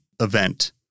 event